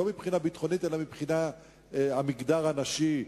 לא מבחינה ביטחונית אלא מבחינת המגדר הנשי.